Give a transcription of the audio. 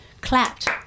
clapped